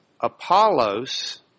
Apollos